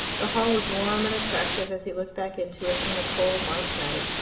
the hall was warm and attractive as he looked back into it from the cold march night,